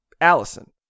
Allison